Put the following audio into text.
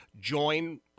join